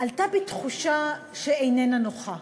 עלתה בי תחושה לא נוחה,